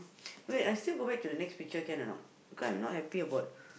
wait I still go back to the next feature can or not cause I not happy about